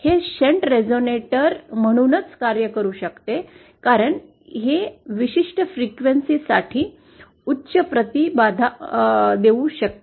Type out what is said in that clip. हे shunt resonator म्हणून कार्य करू शकते कारण हे विशिष्ट वारंवारता साठी उच्च प्रति बाधा देऊ शकते